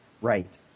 right